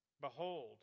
Behold